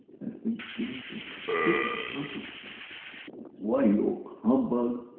i've been getting so stupid and ugly why, you old humbug!